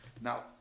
Now